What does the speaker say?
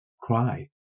cry